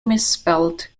misspelled